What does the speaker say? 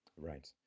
Right